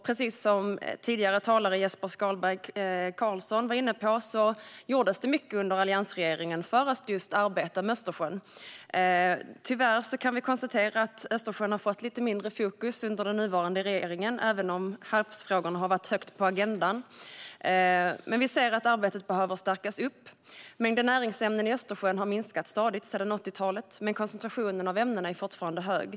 Precis som Jesper Skalberg Karlsson tidigare var inne på bedrevs det under alliansregeringens tid mycket arbete med just Östersjön, men vi kan tyvärr konstatera att Östersjön har fått lite mindre fokus från den nuvarande regeringen även om havsfrågorna har varit högt på agendan. Vi ser att arbetet behöver stärkas. Mängden näringsämnen i Östersjön har minskat stadigt sedan 1980-talet, men koncentrationen av ämnena är fortfarande hög.